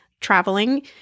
Traveling